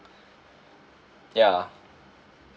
ya